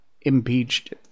impeached